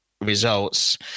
results